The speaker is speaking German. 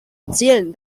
erzählen